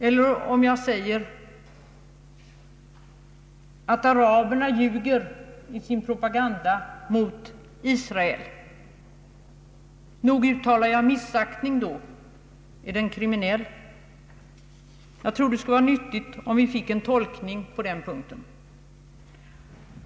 Eller om jag säger att araberna ljuger i sin propaganda mot Israel? Nog uttalar jag missaktning då. Är den kriminell? Jag tror att det skulle vara nyttigt om vi fick en tolkning på den punkten.